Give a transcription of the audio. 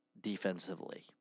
defensively